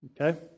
Okay